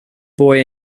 boy